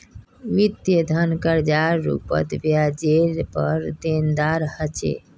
वित्तीय धन कर्जार रूपत ब्याजरेर पर देनदार ह छे